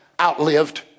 outlived